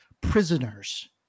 prisoners